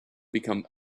become